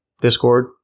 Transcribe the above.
Discord